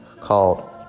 called